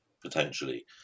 potentially